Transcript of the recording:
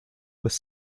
with